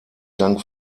sank